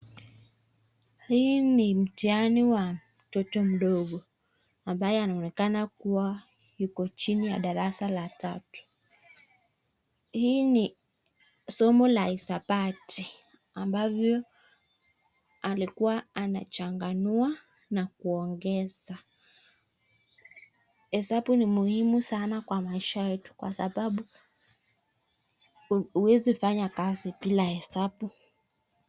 Hii ni mtihani wa mtoto mdogo, ambaye anaonekana kua yuko chini ya darasa la tatu. Hili ni somo la hesabati ambapo anachanganua na kuongezaa. Hesabu ni muhimu sanaa kwa maisha yetu kwsababu huwezi fanya kazi bila hesabu.